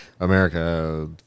America